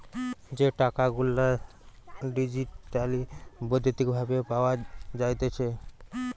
যে টাকা গুলা ডিজিটালি বৈদ্যুতিক ভাবে পাওয়া যাইতেছে